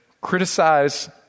criticize